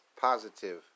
positive